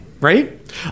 right